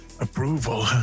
approval